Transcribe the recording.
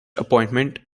appointment